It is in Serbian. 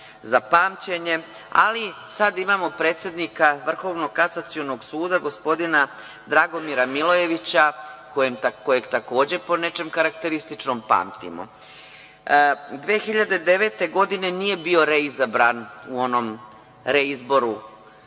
za pamćenje, ali sada imamo predsednika Vrhovnog kasacionog suda gospodina Dragomira Milojevića, kojeg takođe po nečemu karakterističnom pamtimo. Godine 2009. nije bio reizabran u onom reizboru